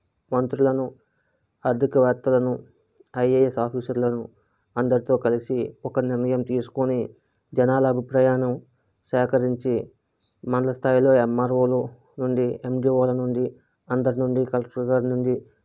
మంత్రులను ఆర్థికవేత్తలను ఐఏఎస్ ఆఫీసర్లను అందరితో కలిసి ఒక నిర్ణయం తీసుకోని జనాల అభిప్రాయాలను సేకరించి మండల స్థాయిలో ఎంఆర్ఓల నుండి ఎండిఓల నుండి అందరి నుండి కలెక్టర్ గారి నుండి